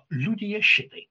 liudija šitaip